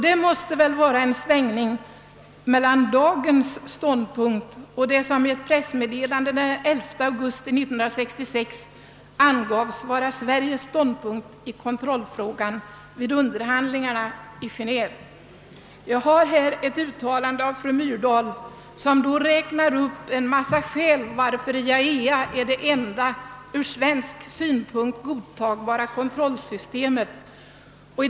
Det måste väl vara fråga om en svängning mellan dagens inställning och vad som i ett pressmeddelande den 11 augusti 1966 angavs vara Sveriges ståndpunkt i kontrollfrågan vid underhandlingarna i Genéve. Jag har här ett pressmeddelande från utrikesdepartementet, enligt vilket ambassadör Myrdal räknar upp flera skäl varför IAEA är det enda ur svensk synpunkt godtagbara kontrollsystemet.